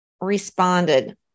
responded